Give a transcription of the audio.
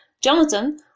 Jonathan